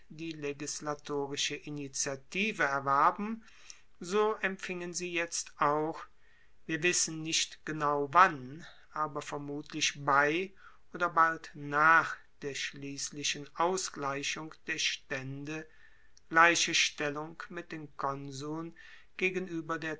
die legislatorische initiative erwarben so empfingen sie jetzt auch wir wissen nicht genau wann aber vermutlich bei oder bald nach der schliesslichen ausgleichung der staende gleiche stellung mit den konsuln gegenueber der